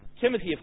Timothy